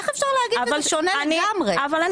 איך אפשר להגיד?